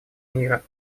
мира